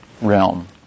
realm